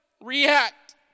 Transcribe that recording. react